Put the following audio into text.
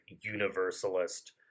universalist